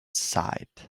sighed